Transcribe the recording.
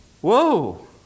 whoa